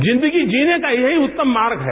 जिंदगी जीने का यहीं उत्तम मार्ग है